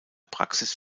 praxis